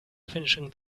finishing